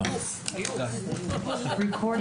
הישיבה ננעלה בשעה 11:00.